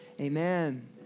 Amen